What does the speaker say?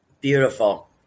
Beautiful